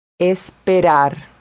Esperar